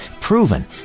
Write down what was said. proven